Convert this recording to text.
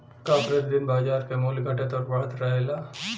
का प्रति दिन बाजार क मूल्य घटत और बढ़त रहेला?